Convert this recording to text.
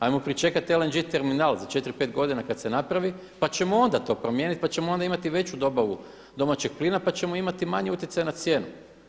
Ajmo pričekati LNG terminal za 4, 5 godina kada se napravi pa ćemo onda to promijeniti, pa ćemo onda imati veću dobavu domaćeg plina pa ćemo imati manji utjecaj na cijenu.